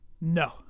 No